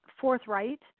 forthright